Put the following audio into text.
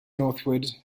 northward